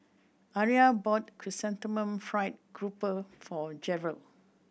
Aria bought Chrysanthemum Fried Grouper for Jerel